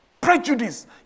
prejudice